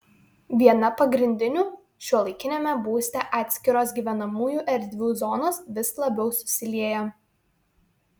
viena pagrindinių šiuolaikiniame būste atskiros gyvenamųjų erdvių zonos vis labiau susilieja